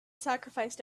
sacrificed